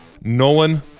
Nolan